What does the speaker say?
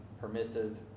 permissive